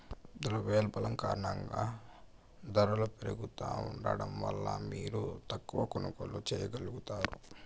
ద్రవ్యోల్బణం కారణంగా దరలు పెరుగుతా ఉండడం వల్ల మీరు తక్కవ కొనుగోల్లు చేయగలుగుతారు